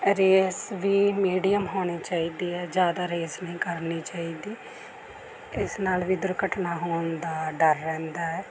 race ਵੀ medium ਹੋਣੀ ਚਾਹੀਦੀ ਹੈ ਜ਼ਿਆਦਾ ਰੇਸ ਨਹੀਂ ਕਰਨੀ ਚਾਹੀਦੀ ਇਸ ਨਾਲ ਵੀ ਦੁਰਘਟਨਾ ਹੋਣ ਦਾ ਡਰ ਰਹਿੰਦਾ ਹੈ